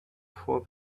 for